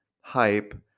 hype